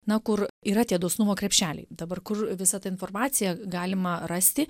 na kur yra tie dosnumo krepšeliai dabar kur visą tą informaciją galima rasti